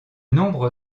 nombre